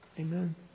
Amen